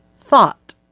thought